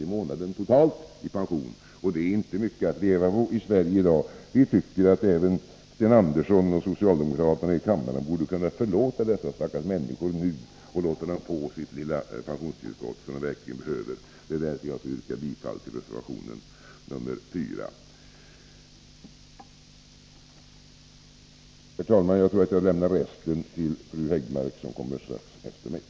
i månaden totalt i pension, och det är inte mycket att leva på i Sverige i dag. Vi tycker att även Sten Andersson och socialdemokraterna i kammaren borde kunna förlåta dessa stackars människor nu och låta dem få sitt lilla pensionstillskott, som de verkligen behöver. Det är därför jag yrkar bifall till reservation 4. Herr talman! Jag tror att jag lämnar resten av våra synpunkter till fru Häggmark, som kommer något senare i debatten.